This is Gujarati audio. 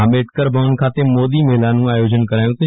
આંબેડકર ભવન ખાતે મોદી મેલાનું આયોજન કરાયુ હતું